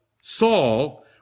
Saul